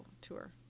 tour